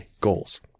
goals